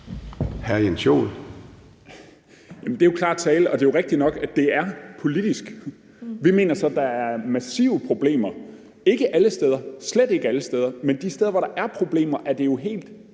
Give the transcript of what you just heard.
Det er jo klar tale, og det er jo rigtig nok, at det er politisk. Vi mener så, at der er massive problemer. Det er ikke alle steder, slet ikke alle steder, men de steder, hvor der er problemer, er det jo helt